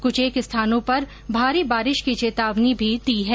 कुछेक स्थानों पर भारी बारिश की चेतावनी भी दी है